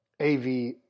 AV